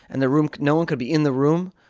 and the room no one could be in the room.